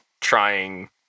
trying